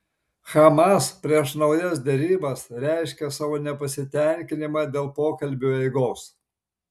hamas prieš naujas derybas reiškė savo nepasitenkinimą dėl pokalbių eigos